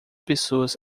pessoas